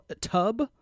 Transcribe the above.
tub